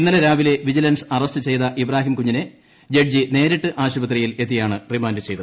ഇന്നലെ രാവിലെ വിജിലൻസ്ട് അറസ്റ്റ് ചെയ്ത ഇബ്രാഹിം കുഞ്ഞിനെ ജഡ്ജി നേരിട്ട് ആശുപത്രിയിൽ എത്തിയാണ് റിമാൻഡ് ചെയ്തത്